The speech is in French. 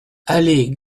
allée